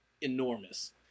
enormous